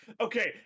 Okay